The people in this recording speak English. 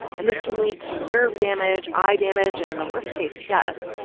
and this can lead to nerve damage, eye damage and, in the worst case, death.